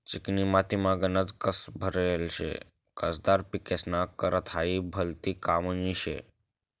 चिकनी मातीमा गनज कस भरेल शे, कसदार पिकेस्ना करता हायी भलती कामनी शे